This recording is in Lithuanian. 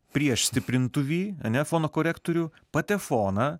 priešstiprintuvį ane fono korektorių patefoną